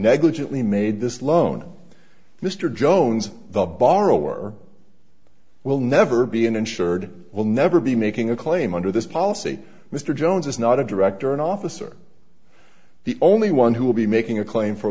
negligently made this loan mr jones the borrower will never be an insured will never be making a claim under this policy mr jones is not a director or an officer the only one who will be making a claim for